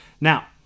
Now